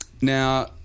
Now